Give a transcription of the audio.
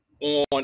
on